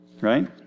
right